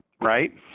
right